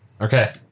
Okay